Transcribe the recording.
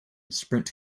sprint